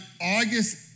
August